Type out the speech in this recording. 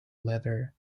leather